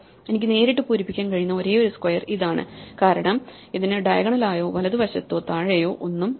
എനിക്ക് നേരിട്ട് പൂരിപ്പിക്കാൻ കഴിയുന്ന ഒരേയൊരു സ്ക്വയർ ഇതാണ് കാരണം അതിനു ഡയഗണലായോ വലതു വശത്തോ താഴെയോ ഒന്നും ഇല്ല